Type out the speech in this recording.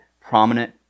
prominent